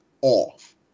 off